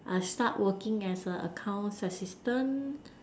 I start working as a accounts assistant